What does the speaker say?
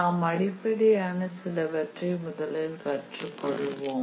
நாம் அடிப்படையான சிலவற்றை முதலில் கற்றுக் கொள்வோம்